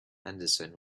henderson